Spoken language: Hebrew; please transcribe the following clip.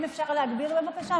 אם אפשר להגביר, בבקשה?